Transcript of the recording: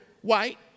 white